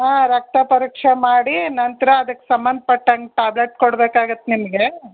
ಹಾಂ ರಕ್ತಪರೀಕ್ಷೆ ಮಾಡಿ ನಂತರ ಅದಕ್ಕೆ ಸಂಬಂಧ್ಪಟ್ಟಂಗೆ ಟ್ಯಾಬ್ಲೆಟ್ ಕೊಡ್ಬೇಕಾಗತ್ತೆ ನಿಮಗೆ